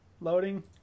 Loading